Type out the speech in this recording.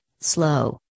slow